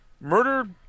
murdered